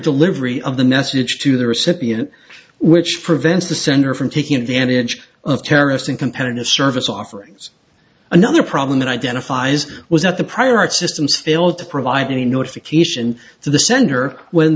delivery of the message to the recipient which prevents the sender from taking advantage of terracing competitive service offerings another problem that identifies was that the prior art systems failed to provide any notification to the sender when